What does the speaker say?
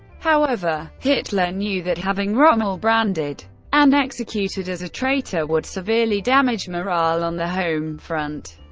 however, hitler knew that having rommel branded and executed as a traitor would severely damage morale on the home front.